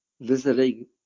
visiting